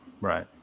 right